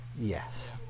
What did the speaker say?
yes